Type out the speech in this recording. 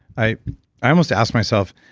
i i almost asked myself,